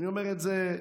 אני אומר את זה,